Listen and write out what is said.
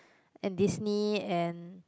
and Disney and